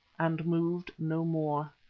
and moved no more.